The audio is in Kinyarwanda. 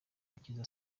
akiza